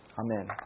Amen